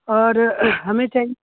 اور ہمیں چاہیے